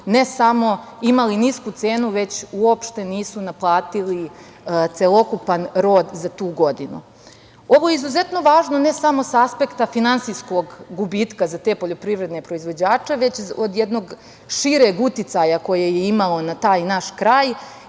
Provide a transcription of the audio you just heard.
ne samo imali nisku cenu, već uopšte nisu naplatili celokupan rod za tu godinu. Ovo je izuzetno važno ne samo sa aspekta finansijskog gubitka za te poljoprivredne proizvođače, već od jednog šireg uticaja koji je imalo na taj naš kraj,